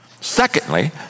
Secondly